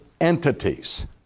entities